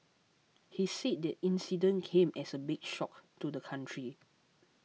he said the incident came as a big shock to the country